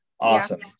Awesome